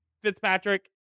Fitzpatrick